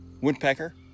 Woodpecker